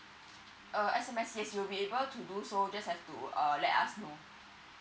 uh S_M_S yes you'll be able to do so just have to uh let us know